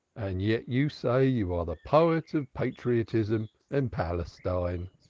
and yet you say you are the poet of patriotism and palestine.